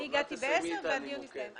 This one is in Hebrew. אני הגעתי ב-10:00 והדיון הסתיים.